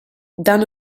dan